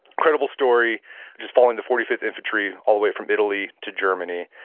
incredible story just following the forty fifth infantry all the way from italy to germany.